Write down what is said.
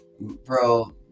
bro